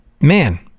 man